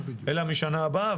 אלא משנה הבאה,